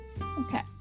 okay